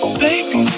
baby